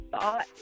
thought